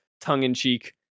tongue-in-cheek